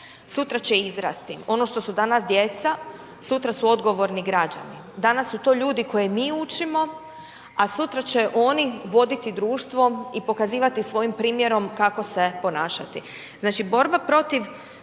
sutra će izrasti. Ono što su danas djeca, sutra su odgovorni građani. Danas su to ljudi koje mi učimo, a sutra će oni voditi društvo i pokazivati svojim primjerom kako se ponašati. Znači, borba protiv